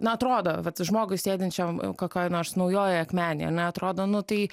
na atrodo vat žmogui sėdinčiam kokioj nors naujojoj akmenėj ane atrodo nu tai